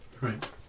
Right